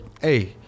hey